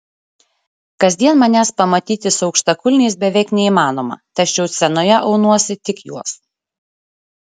kasdien manęs pamatyti su aukštakulniais beveik neįmanoma tačiau scenoje aunuosi tik juos